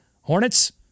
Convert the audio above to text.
Hornets